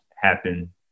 happen